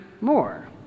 more